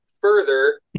further